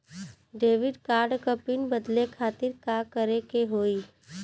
Debit card क PIN बदले खातिर का करेके होई?